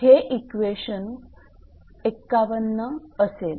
हे इक्वेशन 51 असेल